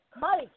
Mike